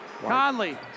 Conley